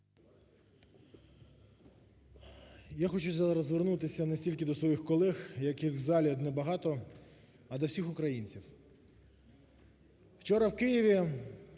Я хочу зараз звернутися не стільки до своїх колег, яких в залі небагато, а до всіх українців. Вчора в Києві